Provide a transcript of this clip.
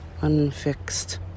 unfixed